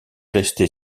resté